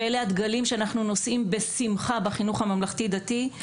ואלה הדגלים שאנחנו נושאים בשמחה בחינוך הממלכתי-דתי.